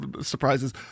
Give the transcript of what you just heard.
surprises